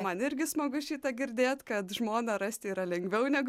man irgi smagu šitą girdėt kad žmoną rasti yra lengviau negu